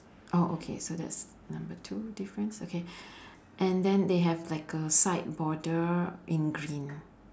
oh okay so that's number two difference okay and then they have like a side border in green